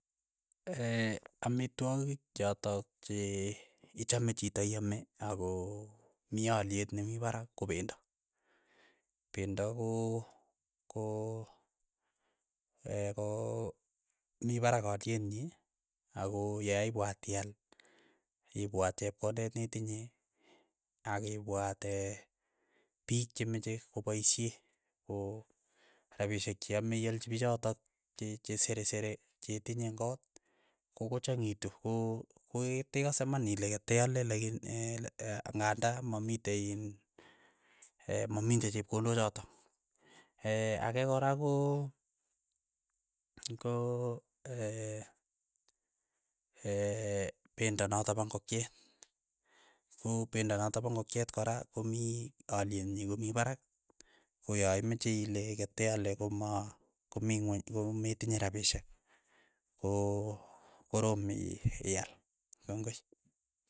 amitwogik chotok che ichame chito iame ako mi alyet ne mii parak ko pendo, pendo ko ko ko miparak alyet nyi ako ya ipwat ial ipwat chepkondet netinye, akipwat piik chemeche kopaishe ko rapishek che ame ialchi pichotok che seresere che tinye ing' koot kokochang'itu ko koitekase iman kole keteale lakini kanda mamitei iin mamitei chepkondo chotok, ake kora ko ko ee pendo notok pa ingokiet, ko pendo notok pa ingokiet kora komii alyet nyi komii parak, koyaimache ile keteale koma komii ingweny kometinye rapishek ko koroom ial, kongoi.